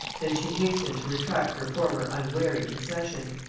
than she hastened to retract her former unwary concession.